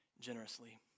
generously